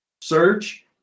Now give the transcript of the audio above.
search